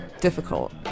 Difficult